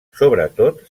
sobretot